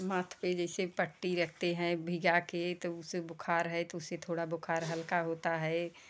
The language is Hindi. माथे पर जैसे पट्टी रखते है भिगा के तो उसे बुखार है तो उसे थोड़ा बुखार हल्का होता है